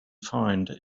find